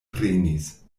prenis